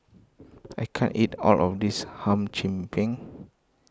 I can't eat all of this Hum Chim Peng